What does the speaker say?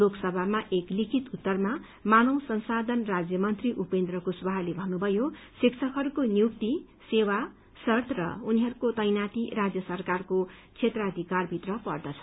लोकसभामा एक लिखित उत्तरमा मानव संशाधन राज्यमन्त्री उपेन्द्र कुशवाहाले भन्नुभयो शिक्षकहरूको नियुक्ति सेवा शर्त र उनीहरूको तैनाथी राज्य सरकारको क्षेत्राथिकारभित्र पर्दछ